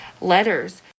letters